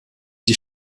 die